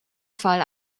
fall